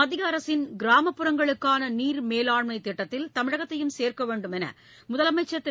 மத்திய அரசின் கிராமப்புறங்களுக்கான நீர் மேலாண்மைத் திட்டத்தில் தமிழகத்தையும் சேர்க்க வேண்டும் என்று முதலமைச்சர் திரு